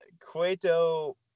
Cueto